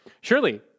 surely